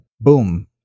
boom